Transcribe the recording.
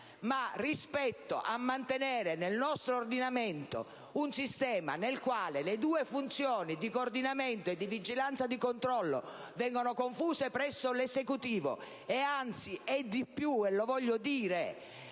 ma, rispetto a mantenere nel nostro ordinamento un sistema nel quale la funzione di coordinamento e quella di vigilanza e controllo vengono confuse presso l'Esecutivo, e anzi, lo voglio ribadire,